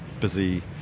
busy